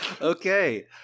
Okay